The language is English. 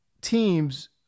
teams